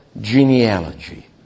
genealogy